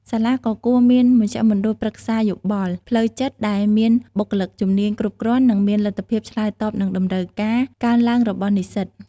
សាលាក៏គួរមានមជ្ឈមណ្ឌលប្រឹក្សាយោបល់ផ្លូវចិត្តដែលមានបុគ្គលិកជំនាញគ្រប់គ្រាន់និងមានលទ្ធភាពឆ្លើយតបនឹងតម្រូវការកើនឡើងរបស់និស្សិត។